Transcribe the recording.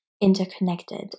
interconnected